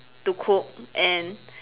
to cook and